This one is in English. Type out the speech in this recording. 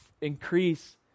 increase